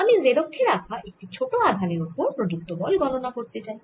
আমি z অক্ষে রাখা একটি ছোট আধান এর ওপর প্রযুক্ত বল গণনা করতে চাই